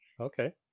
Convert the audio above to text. Okay